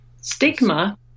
stigma